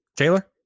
Taylor